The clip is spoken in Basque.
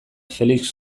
felix